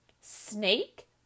Snake